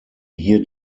hier